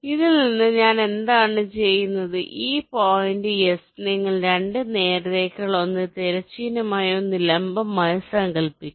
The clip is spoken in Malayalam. ഇതിൽ നിന്ന് ഞാൻ എന്താണ് ചെയ്യുന്നത് ഈ പോയിന്റ് എസ് നിങ്ങൾ 2 നേർരേഖകൾ ഒന്ന് തിരശ്ചീനമായും ഒരു ലംബമായും സങ്കൽപ്പിക്കുക